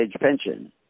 pension